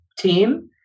team